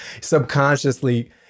subconsciously